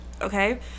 Okay